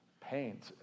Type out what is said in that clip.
paint